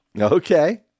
Okay